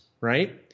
right